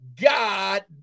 God